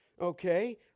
Okay